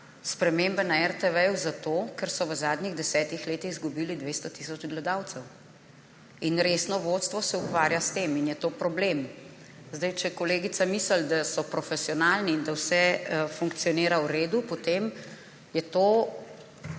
spremembe na RTV zato, ker so v zadnjih 10 letih izgubili 200 tisoč gledalcev. Resno vodstvo se ukvarja s tem in je to problem. Če kolegica misli, da so profesionalni in da vse funkcionira v redu, potem je to